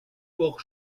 port